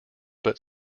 but